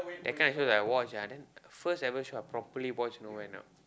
that kinda of shows I watch ah then first ever show I properly watch you know when I